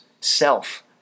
self